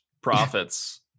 profits